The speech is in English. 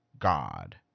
god